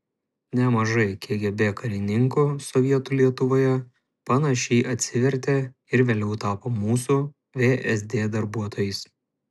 nemažai kgb karininkų sovietų lietuvoje panašiai atsivertė ir vėliau tapo mūsų vsd darbuotojais